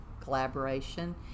collaboration